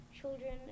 children